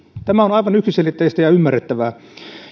tämä on aivan yksiselitteistä ja ymmärrettävää